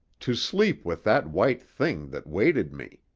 to sleep with that white thing that waited me!